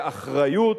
באחריות,